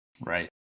right